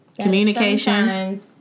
communication